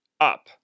up